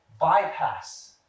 bypass